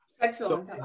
Sexual